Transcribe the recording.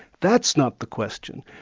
that's not the question.